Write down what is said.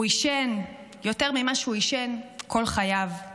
הוא עישן יותר ממה שעישן כל חייו.